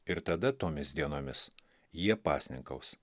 ir tada tomis dienomis jie pasninkaus